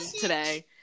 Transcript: today